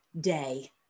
day